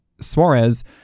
Suarez